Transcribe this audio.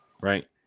Right